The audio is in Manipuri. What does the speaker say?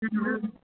ꯎꯝ